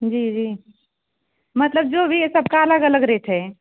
जी जी मतलब जो भी है सबका अलग अलग रेट है